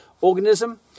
organism